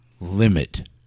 Limit